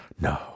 No